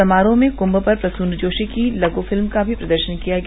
समारोह में कूंभ पर प्रसून जोशी की लघ् फिल्म का भी प्रदर्शन किया गया